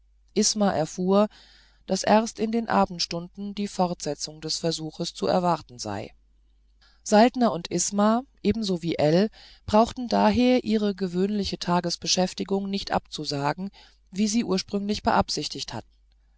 isma erfuhr daß erst in den abendstunden die fortsetzung des versuchs zu erwarten sei saltner und isma ebenso wie ell brauchten daher ihre gewöhnliche tagesbeschäftigung nicht abzusagen wie sie ursprünglich beabsichtigt hatten